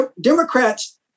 Democrats